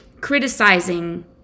criticizing